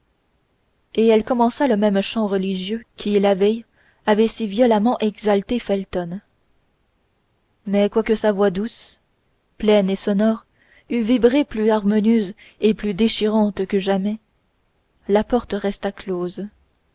et elle commença le même chant religieux qui la veille avait si violemment exalté felton mais quoique sa voix douce pleine et sonore eût vibré plus harmonieuse et plus déchirante que jamais la porte resta close